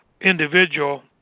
individual